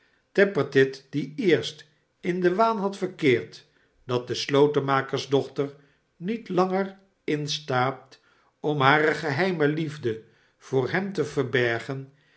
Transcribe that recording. tappertit die eerst in den waan had verkeerd dat de slotenmaersdochter niet langer in staat om hare geheime liefde voor hem t e verbergen